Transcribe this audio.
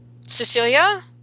Cecilia